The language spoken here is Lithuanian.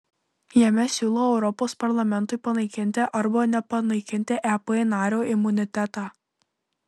jame siūlo europos parlamentui panaikinti arba nepanaikinti ep nario imunitetą